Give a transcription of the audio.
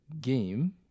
game